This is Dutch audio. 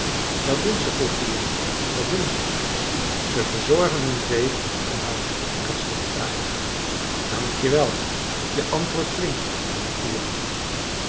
wat doen ze vroeg de jongen wat doen ze ze verzorgen hun vee en hakken hout kraste de kraai dank je wel je antwoordt flink riep de jongen